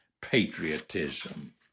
patriotism